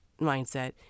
mindset